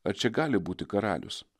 ar čia gali būti karalius